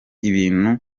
ibintu